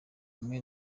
mwe